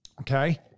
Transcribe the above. okay